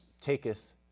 taketh